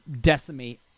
decimate